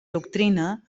doctrina